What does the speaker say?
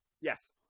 Yes